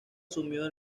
asumió